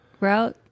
route